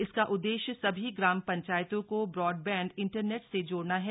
इसका उद्देश्य सभी ग्राम पंचायतों को ब्रॉडबैण्ड इंटरनेट से जोड़ना है